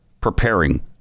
preparing